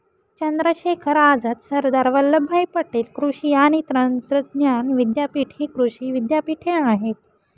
चंद्रशेखर आझाद, सरदार वल्लभभाई पटेल कृषी आणि तंत्रज्ञान विद्यापीठ हि कृषी विद्यापीठे आहेत